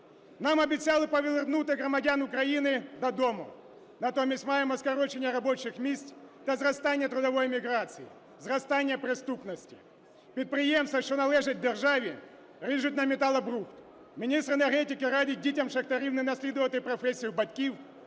Нам обіцяли повернути громадян України додому. Натомість маємо скорочення робочих місць та зростання трудової міграції, зростання преступності. Підприємства, що належать державі, ріжуть на металобрухт. Міністр енергетики радить дітям шахтарів не наслідувати професію батьків,